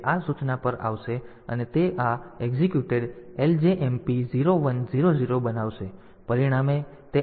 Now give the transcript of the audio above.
તેથી તે આ સૂચના પર આવશે અને તે આ એક્ઝેક્યુટેડ LJMP 0100 બનાવશે પરિણામે તે આ બિંદુથી એક્ઝેક્યુટ કરવાનું શરૂ કરશે